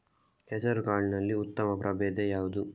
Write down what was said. ಹೆಸರುಕಾಳಿನಲ್ಲಿ ಉತ್ತಮ ಪ್ರಭೇಧ ಯಾವುದು?